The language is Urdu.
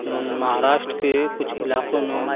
مہاراشٹ کے کچھ علاقوں میں